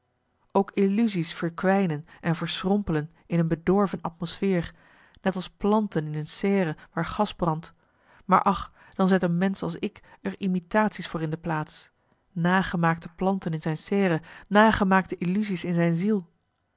mooi ook illusie's verkwijnen en verschrompelen in een bedorven atmosfeer net als planten in een serre waar gas brandt maar ach dan zet een mensch als ik er imitatie's voor in de plaats nagemaakte planten in zijn serre nagemaakte illusie's in zijn ziel